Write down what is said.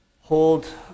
hold